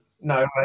no